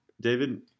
David